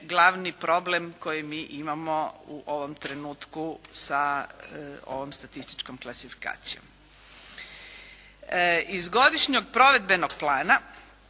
glavni problem koji imamo u ovom trenutku sa ovom statističkom klasifikacijom. Iz Godišnjeg provedbenog plana,